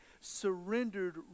surrendered